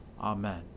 Amen